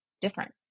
different